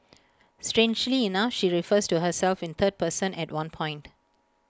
strangely enough she refers to herself in third person at one point